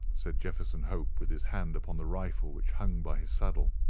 said jefferson hope, with his hand upon the rifle which hung by his saddle.